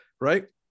right